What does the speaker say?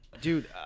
Dude